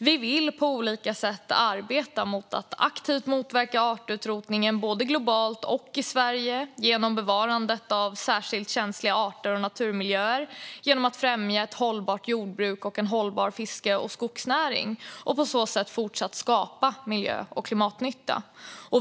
Vi vill på olika sätt arbeta för att aktivt motverka artutrotningen, både globalt och i Sverige, genom bevarandet av särskilt känsliga arter och naturmiljöer och genom att främja ett hållbart jordbruk och en hållbar fiske och skogsnäring och på så sätt fortsätta att skapa miljö och klimatnytta.